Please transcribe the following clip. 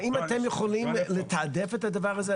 האם אתם יכולים לתעדף את הדבר הזה?